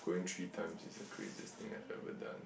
going three times is the craziest think I've ever done